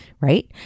right